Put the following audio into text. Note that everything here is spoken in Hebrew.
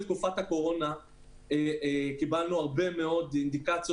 בתקופת הקורונה קיבלנו הרבה מאוד אינדיקציות